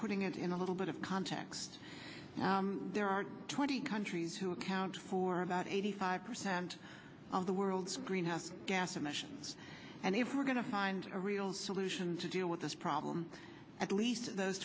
putting it in a little bit of context there are twenty countries who account for about eighty five percent of the world's greenhouse gas emissions and if we're going to find a real solution to deal with this problem at least those